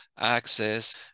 access